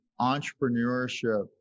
entrepreneurship